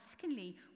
secondly